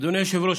אדוני היושב-ראש,